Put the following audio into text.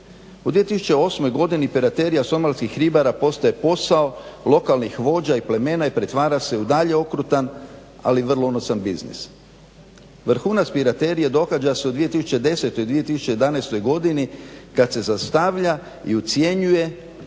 U 2008. godini piraterija somalskih ribara postaje posao lokalnih vođa i plemena i pretvara se u dalje okrutan ali vrlo unosan biznis. Vrhunac piraterije događa se u 2010. i 2011. godini kad se zaustavlja i ucjenjuje